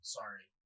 Sorry